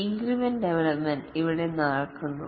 increment development ഇവിടെ നടക്കുന്നു